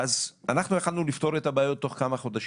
אז אנחנו יכולנו לפתור את הבעיות תוך כמה חודשים.